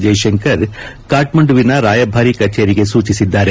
ಜೈಶಂಕರ್ ಕಠ್ಲಂಡುವಿನ ರಾಯಭಾರಿ ಕಚೇರಿಗೆ ಸೂಚಿಸಿದ್ದಾರೆ